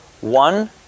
one